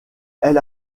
elle